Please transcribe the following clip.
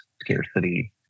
scarcity